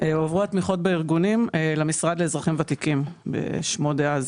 הועברו התמיכות בארגונים למשרד לאזרחים ותיקים כשמו דאז.